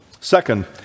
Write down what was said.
Second